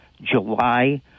July